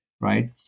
right